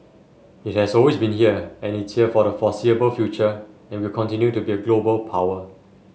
it has always been here and it's here for the foreseeable future and will continue to be a global power